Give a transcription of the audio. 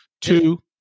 two